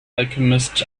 alchemist